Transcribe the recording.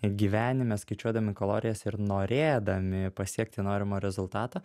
gyvenime skaičiuodami kalorijas ir norėdami pasiekti norimą rezultatą